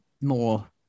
more